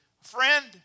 friend